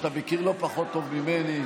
שאתה מכיר לא פחות טוב ממני,